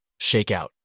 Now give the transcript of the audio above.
Shakeout